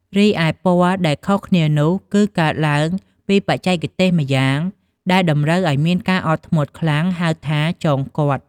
រីឯពណ៌ដែលខុសគ្នានោះ គឺកើតឡើងពីបច្ចេកទេសម៉្យាងដែលតម្រូវឱ្យមានការអត់ធ្មត់ខ្លាំង ហៅថា “ចងគាត”។